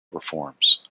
reforms